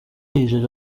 yijeje